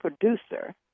producer